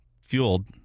fueled